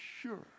sure